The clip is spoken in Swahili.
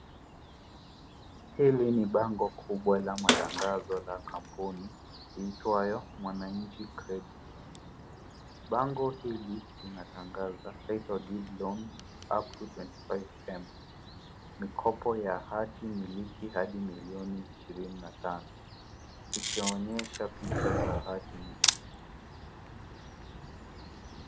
Hili ni bango kubwa la matangazo la kampuni iitwayo Mwananchi Credit. Bango hili linatangaza title deed loans up to 25M , mikopo ya hatimiliki ya hadi milioni ishirini na tano ikionyesha picha za hatimiliki.